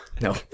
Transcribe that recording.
no